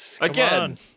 Again